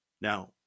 Now